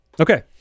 Okay